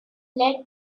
led